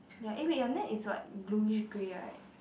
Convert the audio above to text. ya eh wait your neck is what bluish grey right